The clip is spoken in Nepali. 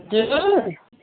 हजुर